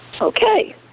Okay